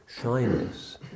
shyness